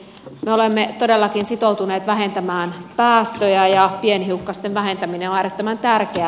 me olemme todellakin sitoutuneet vähentämään päästöjä ja pienhiukkasten vähentäminen on äärettömän tärkeää